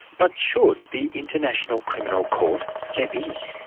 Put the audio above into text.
but should the international criminal court step in?